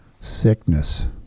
sickness